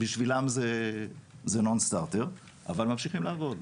בשבילם זה לא בא בחשבון אבל ממשיכים לעבוד.